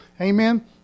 Amen